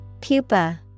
pupa